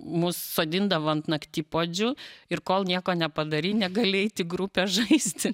mus sodindavo ant naktipuodžių ir kol nieko nepadarei negali eit į grupę žaisti